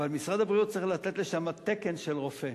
אבל משרד הבריאות צריך לתת לשם תקן של רופא.